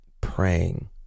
praying